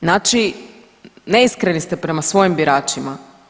Znači neiskreni ste prema svojim biračima.